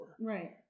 right